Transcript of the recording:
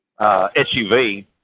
SUV